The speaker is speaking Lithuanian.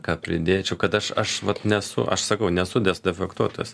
ką pridėčiau kad aš aš vat nesu aš sakau nesu defektuotojas